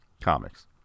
comics